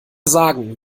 sagen